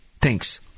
Thanks